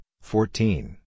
fourteen